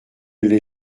l’ai